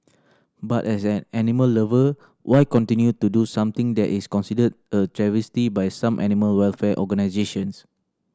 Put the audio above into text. but as an animal lover why continue to do something that is considered a travesty by some animal welfare organisations